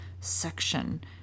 section